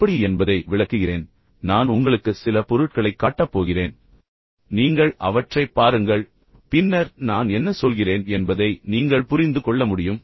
எப்படி என்பதை விளக்குகிறேன் நான் உங்களுக்கு சில பொருட்களைக் காட்டப் போகிறேன் நீங்கள் அவற்றைப் பாருங்கள் பின்னர் நான் என்ன சொல்கிறேன் என்பதை நீங்கள் புரிந்து கொள்ள முடியும்